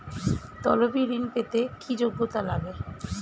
তলবি ঋন পেতে কি যোগ্যতা লাগে?